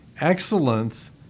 Excellence